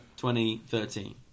2013